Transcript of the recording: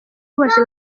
bose